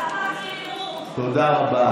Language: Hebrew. תודה רבה.